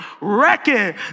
reckon